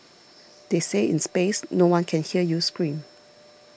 they say in space no one can hear you scream